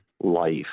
life